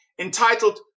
Entitled